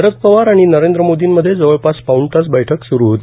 शरद पवार आणि नरेंद्र मोदींमध्ये जवळपास पाऊण तास बैठक स्रु होती